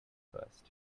first